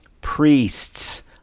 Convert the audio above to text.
Priests